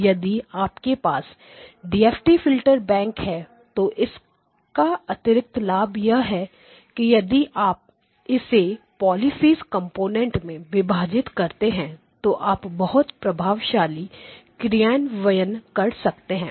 यदि आपके पास डीएफटी फिल्टर बैंक है तो इसका अतिरिक्त लाभ यह है कि यदि आप इसे पॉलिफेज कंपोनेंट में विभाजित करते हैं तो आप बहुत प्रभावशाली क्रियान्वयन कर सकते हैं